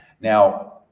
Now